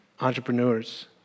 entrepreneurs